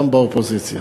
גם באופוזיציה.